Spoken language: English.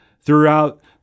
throughout